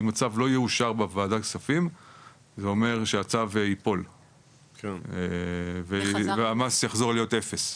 אם הצו לא יאושר בוועדת כספים זה אומר שהצו ייפול והמס יחזור להיות אפס.